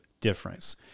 difference